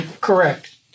Correct